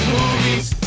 Movies